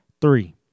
Three